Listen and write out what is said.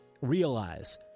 Realize